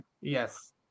yes